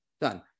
done